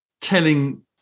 telling